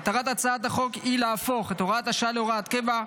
מטרת הצעת החוק היא להפוך את הוראת השעה להוראת קבע,